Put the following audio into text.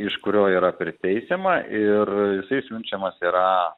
iš kurio yra priteisiama ir išsiunčiamas yra